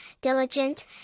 diligent